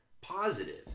positive